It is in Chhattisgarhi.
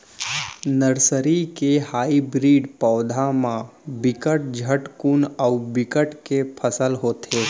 नरसरी के हाइब्रिड पउधा म बिकट झटकुन अउ बिकट के फसल होथे